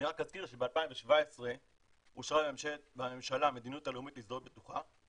אני רק אזכיר שב-2017 אושרה בממשלה המדיניות הלאומית להזדהות בטוחה,